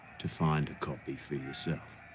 to find a copy for yourself.